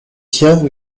siens